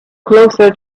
closer